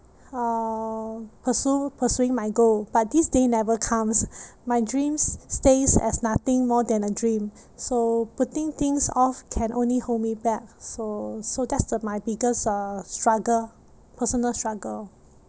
uh pursue pursuing my goal but this day never comes my dreams stays as nothing more than a dream so putting things off can only hold me back so so that's the my biggest uh struggle personal struggle